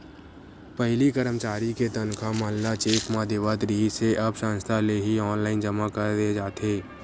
पहिली करमचारी के तनखा मन ल चेक म देवत रिहिस हे अब संस्था ले ही ऑनलाईन जमा कर दे जाथे